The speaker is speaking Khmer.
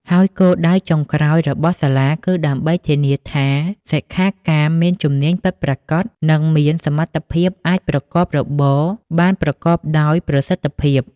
ហើយគោលដៅចុងក្រោយរបស់សាលាគឺដើម្បីធានាថាសិក្ខាកាមមានជំនាញពិតប្រាកដ និងមានសមត្ថភាពអាចប្រកបរបរបានប្រកបដោយប្រសិទ្ធភាព។